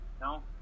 no